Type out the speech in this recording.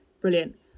Brilliant